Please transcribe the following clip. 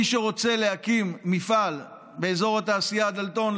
מי שרוצה להקים מפעל באזור התעשייה דלתון,